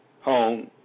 home